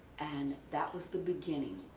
and that was the beginning.